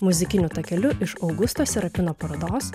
muzikiniu takeliu iš augusto serapino parodos